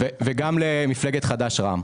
וגם למפלגת חד"ש רע"מ.